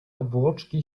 obłoczki